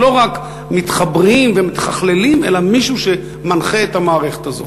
לא רק מתחברים, אלא מישהו שמנחה את המערכת הזאת.